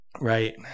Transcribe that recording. Right